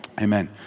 amen